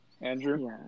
Andrew